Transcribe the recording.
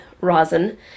rosin